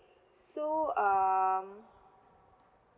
so um